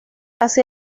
hacia